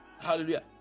Hallelujah